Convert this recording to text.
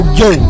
yo